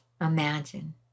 imagine